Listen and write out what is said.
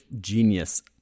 genius